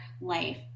life